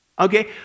Okay